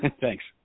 Thanks